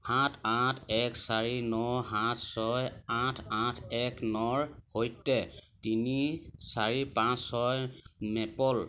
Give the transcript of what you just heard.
সাত আঠ এক চাৰি ন সাত ছয় আঠ আঠ এক নৰ সৈতে তিনি চাৰি পাঁচ ছয় মেপল